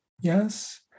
Yes